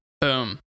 Boom